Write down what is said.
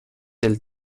elles